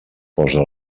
posa